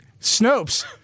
Snopes